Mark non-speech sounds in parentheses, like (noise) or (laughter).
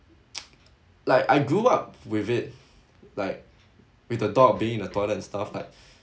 (noise) like I grew up with it like with the dog being in the toilet and stuff like